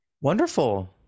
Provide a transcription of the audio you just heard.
Wonderful